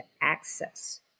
access